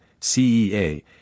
CEA